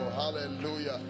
hallelujah